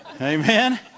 Amen